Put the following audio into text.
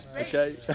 Okay